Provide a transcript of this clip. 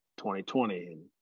2020